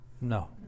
No